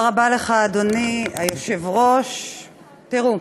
תודה רבה לך, אדוני היושב-ראש, תראו,